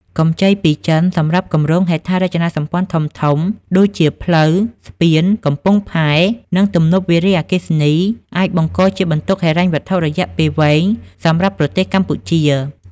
កម្ចីពីចិនសម្រាប់គម្រោងហេដ្ឋារចនាសម្ព័ន្ធធំៗ ដូចជាផ្លូវ ស្ពាន កំពង់ផែ និងទំនប់វារីអគ្គិសនី អាចបង្កជាបន្ទុកហិរញ្ញវត្ថុរយៈពេលវែងសម្រាប់ប្រទេសកម្ពុជា។